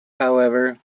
however